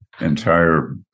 entire